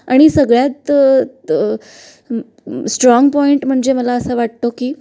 आणि सगळ्यात त स्ट्राँग पॉइंट म्हणजे मला असा वाटतो की